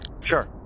Sure